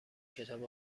کتاب